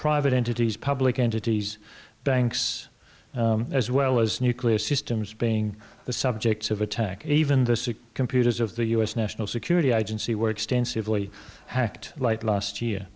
private entities public entities banks as well as nuclear systems being the subjects of attack even the sick computers of the u s national security agency where extensively hacked light last year